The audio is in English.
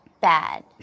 bad